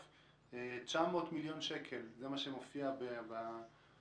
הוא 900 מיליון שקל זה מה שמופיע בדוח,